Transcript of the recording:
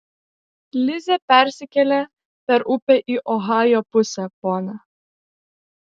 lizė persikėlė per upę į ohajo pusę ponia